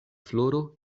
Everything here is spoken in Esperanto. floro